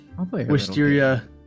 wisteria